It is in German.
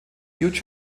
hugh